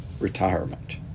retirement